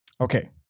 Okay